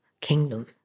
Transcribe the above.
kingdom